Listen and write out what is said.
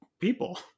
people